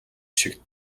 шиг